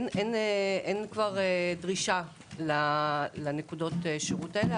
שאין כבר דרישה לנקודות השירות הללו.